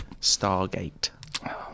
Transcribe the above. Stargate